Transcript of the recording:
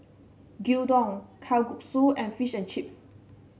Gyudon Kalguksu and Fish and Chips